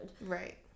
Right